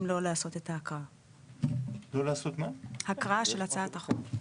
לא לעשות את ההקראה של הצעת החוק.